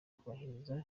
kubahiriza